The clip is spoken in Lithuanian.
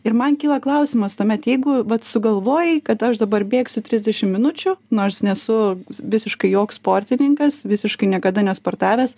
ir man kyla klausimas tuomet jeigu vat sugalvojai kad aš dabar bėgsiu trisdešim minučių nors nesu visiškai joks sportininkas visiškai niekada nesportavęs